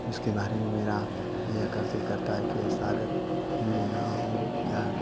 इसके बारे में मेरा यह आकर्षित करता है कि यह सागर न हो या